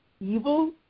Evil